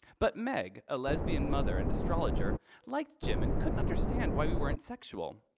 but meg, a lesbian mother and astrologer liked jim and couldn't understand why we weren't sexual.